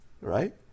right